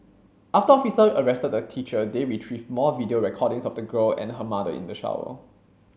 after officer arrested the teacher they retrieved more video recordings of the girl and her mother in the shower